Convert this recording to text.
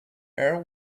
air